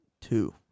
Two